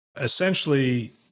essentially